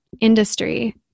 industry